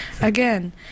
Again